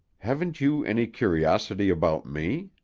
haven't you any curiosity about me?